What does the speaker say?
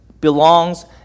belongs